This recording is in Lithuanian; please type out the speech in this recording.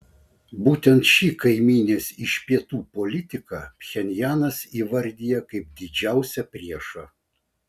būtent šį kaimynės iš pietų politiką pchenjanas įvardija kaip didžiausią priešą